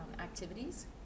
activities